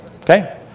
okay